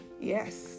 Yes